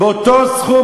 באותו סכום,